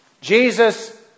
Jesus